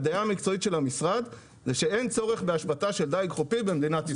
הדעה המקצועית של המשרד היא שאין צורך בהשבתה של דיג חופי במדינת ישראל.